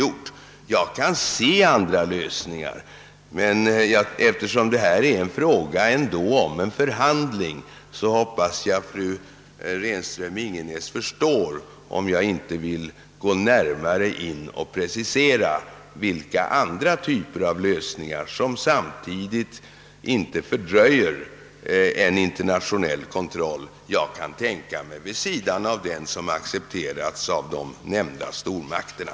För min del kan jag se andra lösningar, men eftersom det ändå är fråga om en förhandling, hoppas jag att fru Renström-Ingenäs förstår att jag inte vill närmare precisera de andra typer av lösningar, vilka samtidigt inte fördröjer en internationell kontroll, som jag kan tänka mig vid sidan om dem som accepterats av de nämnda stormakterna.